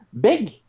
big